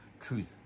truth